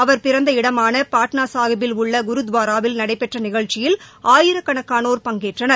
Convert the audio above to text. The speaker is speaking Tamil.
அவர் பிறந்த இடமான பாட்னா சாகிப்பில் உள்ள குருதுவாராவில் நடைபெற்ற நிகழ்ச்சியில் ஆயிரக்கணக்கானோர் பங்கேற்றனர்